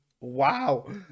Wow